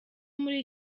muri